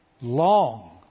Long